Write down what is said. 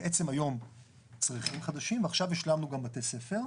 בעצם היום צריכים חדשים ועכשיו השלמנו גם בתי ספר,